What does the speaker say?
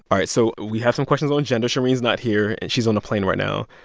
alright, so we have some questions on gender. shereen's not here. and she's on a plane right now.